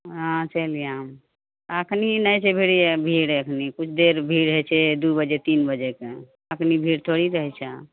अहाँ चलि आउ एखनी नहि छै भीड़े भीड़ एखनी किछु देर भीड़ होइ छै दू बजे तीन बजे कऽ एखनी भीड़ थोड़ी रहय छै